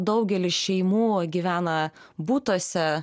daugelis šeimų gyvena butuose